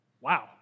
wow